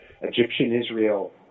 Egyptian-Israel